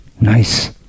nice